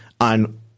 on